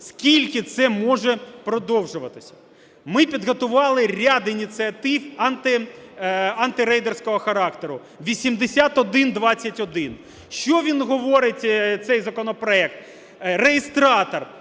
Скільки це може продовжуватися? Ми підготували ряд ініціатив антирейдерського характеру, 8121. Що він говорить цей законопроект? Реєстратор